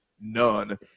none